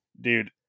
dude